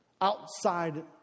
outside